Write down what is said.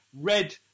red